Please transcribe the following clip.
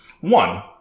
One